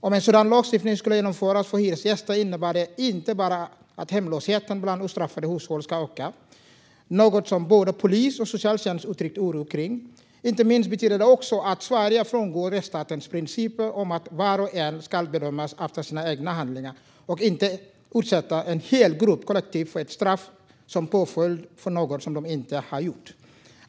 Om en sådan lagstiftning infördes för hyresgäster skulle det inte bara innebära att hemlösheten bland ostraffade hushåll skulle öka, något som både polis och socialtjänst uttryckt oro kring, utan det skulle inte minst betyda att Sverige frångick rättsstatens principer att var och en ska bedömas efter sina egna handlingar. En hel grupp ska inte kollektivt utsättas för ett straff som påföljd för något de inte har gjort.